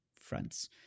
fronts